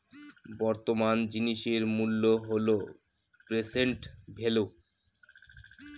বর্তমান জিনিসের মূল্য হল প্রেসেন্ট ভেল্যু